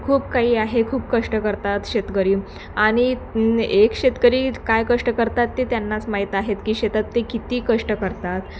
खूप काही आहे खूप कष्ट करतात शेतकरी आणि एक शेतकरी काय कष्ट करतात ते त्यांनाच माहीत आहेत की शेतात ते किती कष्ट करतात